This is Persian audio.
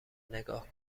نگاه